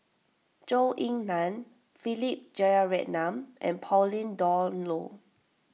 Zhou Ying Nan Philip Jeyaretnam and Pauline Dawn Loh